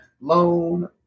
loan